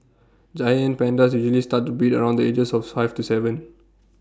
giant pandas usually start to breed around the ages of five to Seven